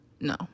no